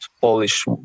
Polish